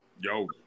Yo